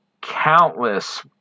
countless